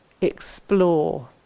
explore